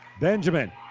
Benjamin